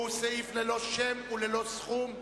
שהוא סעיף ללא שם וללא סכום,